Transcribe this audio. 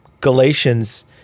Galatians